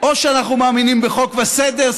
או שאנחנו מאמינים בחוק וסדר,